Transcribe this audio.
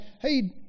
hey